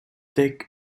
take